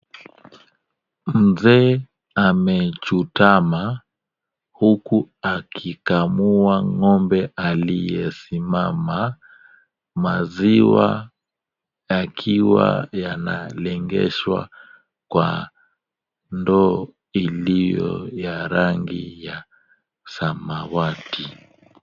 Mzee amechutama huku akikamua ng'ombe aliyesimama maziwa yakiwa yanalengeshwa kwa ndoo iliyo ya rangi ya samawati.